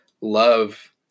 love